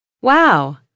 Wow